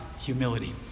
humility